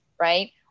right